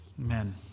Amen